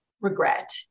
regret